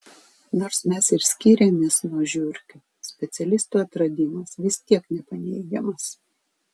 nors mes ir skiriamės nuo žiurkių specialistų atradimas vis tiek nepaneigiamas